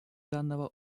данного